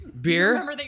beer